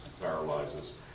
paralyzes